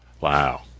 Wow